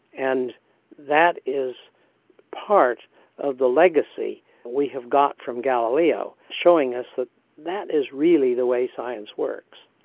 and that is part of the legacy we have got from galileo, showing us that that is really the way science works.